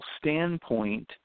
Standpoint